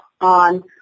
on